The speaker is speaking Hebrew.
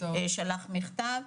שלח מכתב.